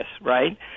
right